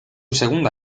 segunda